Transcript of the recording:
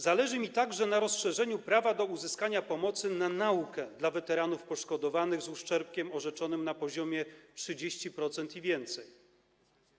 Zależy mi także na rozszerzeniu prawa do uzyskania pomocy na naukę dla weteranów poszkodowanych z uszczerbkiem orzeczonym na poziomie 30% i więcej.